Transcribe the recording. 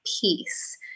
peace